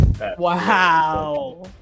wow